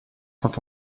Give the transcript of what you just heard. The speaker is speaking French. sont